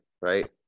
right